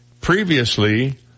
previously